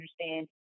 understand